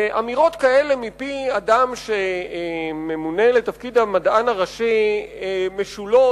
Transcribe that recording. אמירות כאלה מפי אדם שממונה לתפקיד המדען הראשי משולות,